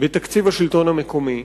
בתקציב השלטון המקומי,